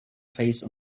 face